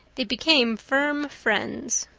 they became firm friends.